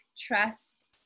trust